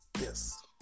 Yes